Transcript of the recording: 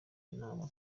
inama